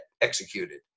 executed